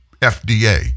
FDA